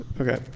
Okay